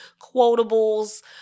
quotables